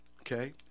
okay